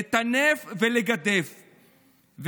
לטנף ולגדף,